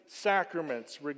sacraments